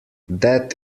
that